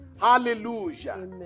Hallelujah